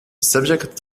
subject